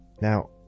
Now